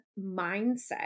mindset